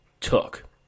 took